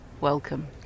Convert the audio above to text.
welcome